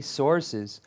sources